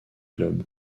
club